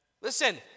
Listen